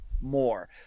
more